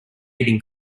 eating